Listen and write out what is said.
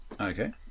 Okay